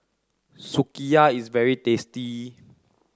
Sukiya is very tasty